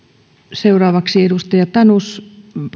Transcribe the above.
seuraavaksi edustaja tanus